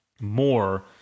more